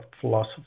philosophy